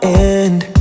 end